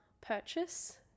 purchase